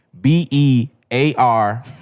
B-E-A-R